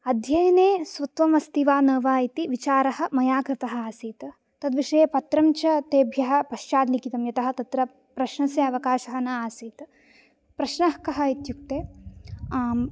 अध्ययने स्वत्वम् अस्ति वा न वा इति विचारः मया कृतः आसीत् तद्विषये पत्रं च तेभ्यः पश्चात् लिखितं यतः तत्र प्रश्नस्य अवकाशः न आसीत् प्रश्नः कः इत्युक्ते